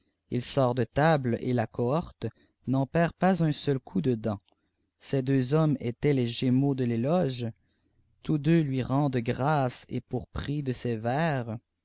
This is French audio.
il sort de table et la cohorte n'en perd pas un seul coup de deit ces deux hommes étaient les gémeaux de l'éloge tous deux lui rendent grâce et pour prix de ses vers